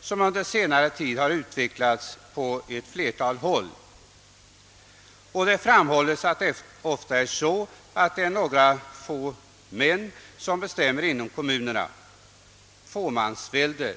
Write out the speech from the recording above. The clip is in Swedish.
som under senare tid har utvecklats på ett flertal håll. Det framhålles att det ofta är några få män som bestämmer inom kommunerna — fåmansvälde.